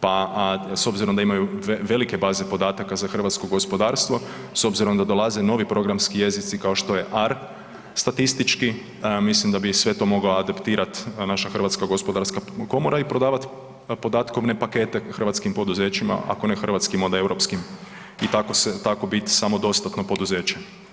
pa s obzirom da imaju velike baze podataka za hrvatsko gospodarstvo, s obzirom da dolaze novi programski jezici kao što je AR statistički mislim da bi sve to moglo adaptirat, a naša HGK i prodavat podatkovne pakete hrvatskim poduzećima, ako ne hrvatskim onda europskim i tako biti samodostatno poduzeće.